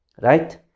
right